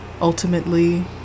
Ultimately